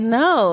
no